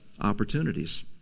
opportunities